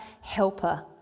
helper